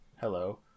hello